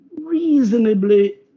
reasonably